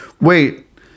wait